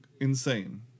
insane